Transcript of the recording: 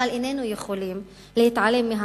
אבל איננו יכולים להתעלם מהמגמה,